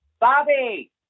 Bobby